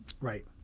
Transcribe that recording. right